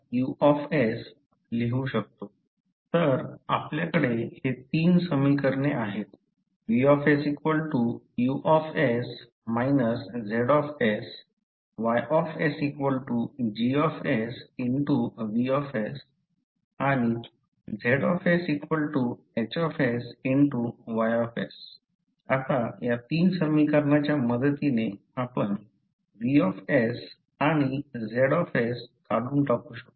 तर आपल्याकडे हे तीन समीकरणे आहेत VsUs Zs YsGsVs ZsHsY आता या तीन समीकरणाच्या मदतीने आपण V आणि Z काढून टाकू शकतो